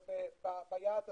וביעד הסופי,